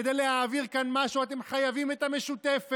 כדי להעביר כאן משהו אתם חייבים את המשותפת.